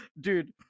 Dude